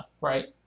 right